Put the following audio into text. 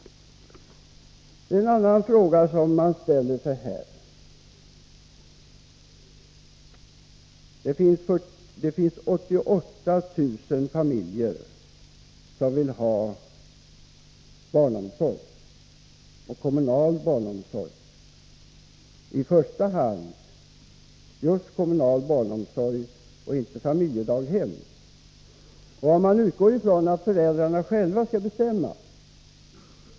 Nya platser i barnomsorg efterfrågas för 88 000 barn, och deras föräldrar vill i första hand ha just kommunala daghem och inte familjedaghem. Jag utgår i detta avseende från att föräldrarna själva skall bestämma.